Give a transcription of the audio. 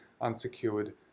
unsecured